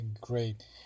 great